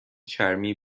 چرمی